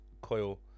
coil